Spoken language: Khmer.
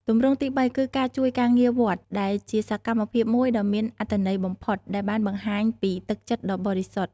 ទម្រង់ទីបីគឺការជួយការងារវត្ត ដែលជាសកម្មភាពមួយដ៏មានអត្ថន័យបំផុតដែលបានបង្ហាញពីទឹកចិត្តដ៏បរិសុទ្ធ។